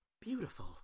beautiful